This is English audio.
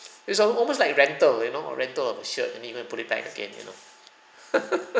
it's all almost like rental you know or rental of a shirt and then you go and put it back again you know